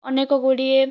ଅନେକ ଗୁଡ଼ିଏ